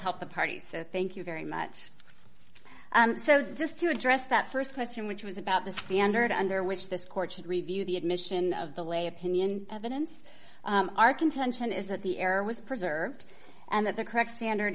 help the parties thank you very much so just to address that st question which was about the standard under which this court should review the admission of the lay opinion evidence our contention is that the error was preserved and that the correct standard